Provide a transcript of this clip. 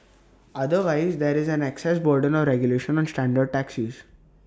otherwise there is an access burden of regulation on standard taxis